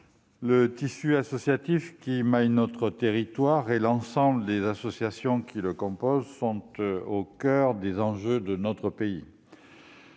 le tissu associatif qui maille notre territoire et l'ensemble des associations qui le composent sont au coeur des enjeux pour notre pays.